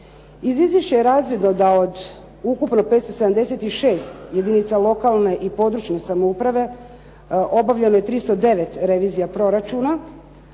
Iz izvješća je razvidno da od ukupno 576 jedinica lokalne i područne samouprave obavljeno je 309 revizija proračuna